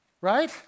Right